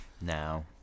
now